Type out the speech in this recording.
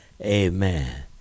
Amen